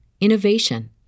innovation